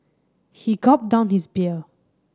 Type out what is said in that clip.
he gulped down his beer